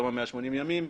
בתוך ה-180 ימים,